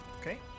Okay